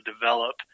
develop